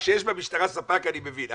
כשיש במשטרה ספק אני מבין,